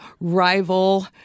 rival